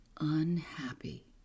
unhappy